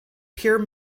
pure